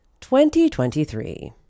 2023